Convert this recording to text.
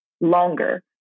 longer